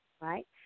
right